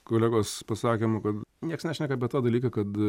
kolegos pasakymo kad nieks nešneka apie tą dalyką kad